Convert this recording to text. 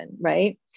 right